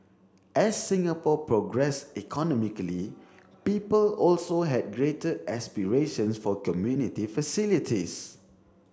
as Singapore progressed economically people also had greater aspirations for community facilities